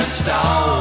stone